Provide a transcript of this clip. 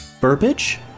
Burbage